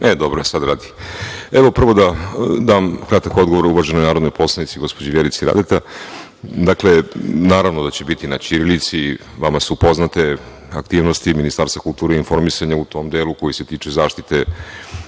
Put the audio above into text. Vukosavljević** Evo, prvo da dam kratak odgovor uvaženoj narodnoj poslanici, gospođi Vjerici Radeti. Dakle, naravno da će biti na ćirilici, Vama su poznate aktivnosti Ministarstva kulture i informisanja u tom delu koji se tiče zaštite